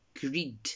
greed